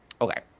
okay